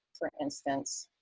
for instance,